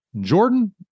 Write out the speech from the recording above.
Jordan